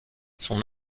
son